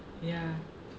ya